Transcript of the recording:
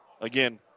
again